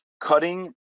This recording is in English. cutting